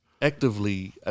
Actively